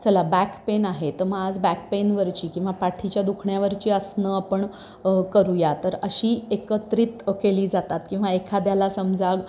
चला back pain आहे तर मग आज बॅक पेनवरची किंवा पाठीच्या दुखण्यावरची आसनं आपण करूया तर अशी एकत्रित केली जातात किंवा एखाद्याला समजा